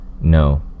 No